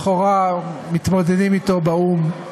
לכאורה, מתמודדים אתו באו"ם.